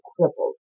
crippled